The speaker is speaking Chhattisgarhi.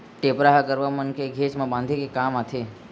टेपरा ह गरुवा मन के घेंच म बांधे के काम आथे